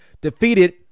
defeated